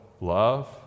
love